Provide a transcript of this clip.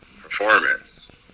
performance